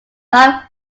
live